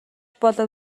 болов